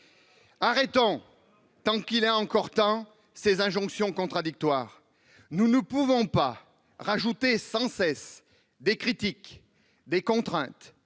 Arrêtons, tant qu'il est encore temps, avec ces injonctions contradictoires ! Nous ne pouvons empiler sans cesse critiques, contraintes